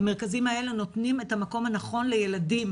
המרכזים האלה נותנים את המקום הנכון לילדים